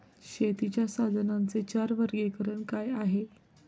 शेतीच्या साधनांचे चार वर्गीकरण काय आहे?